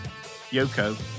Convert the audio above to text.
Yoko